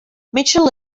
mitchell